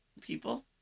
people